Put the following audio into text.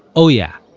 oh yeah,